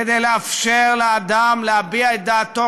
כדי לאפשר לאדם להביע את דעתו,